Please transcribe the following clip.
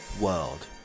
world